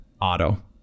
Auto